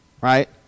right